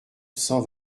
cent